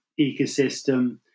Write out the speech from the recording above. ecosystem